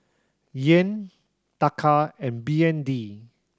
Yen Taka and B N D